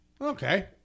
Okay